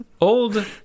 Old